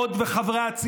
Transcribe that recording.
המושחת הכי גדול.